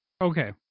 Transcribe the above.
Okay